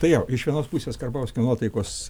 tai jo iš vienos pusės karbauskio nuotaikos